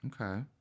Okay